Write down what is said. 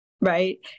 right